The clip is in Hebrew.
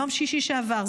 ביום שישי שעבר,